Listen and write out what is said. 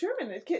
German